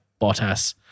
Bottas